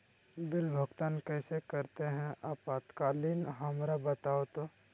Bill भुगतान कैसे करते हैं आपातकालीन हमरा बताओ तो?